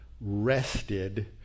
rested